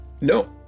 No